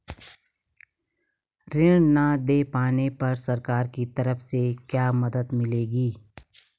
ऋण न दें पाने पर सरकार की तरफ से क्या मदद मिलेगी?